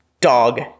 Dog